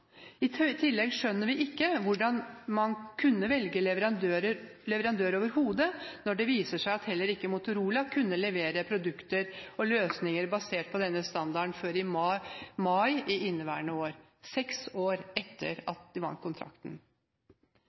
I tillegg skjønner vi ikke hvordan man kunne velge leverandør overhodet, når det viser seg at heller ikke Motorola kunne levere produkter og løsninger basert på denne standarden før i mai inneværende år – seks år etter at